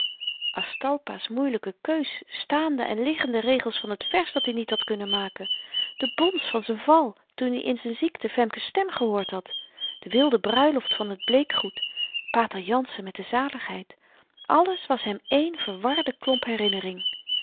aztalpa's moeielyke keus staande en liggende regels van t vers dat-i niet had kunnen maken de bons van z'n val toen i in z'n ziekte femke's stem gehoord had de wilde bruiloft van t bleekgoed pater jansen met de zaligheid alles was hem één verwarde